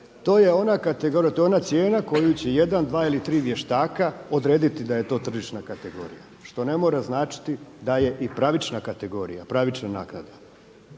to je ona cijena koju će jedan, dva ili tri vještaka odrediti da je to tržišna kategorija što ne mora značiti da je i pravična kategorija, pravična naknada.